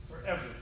forever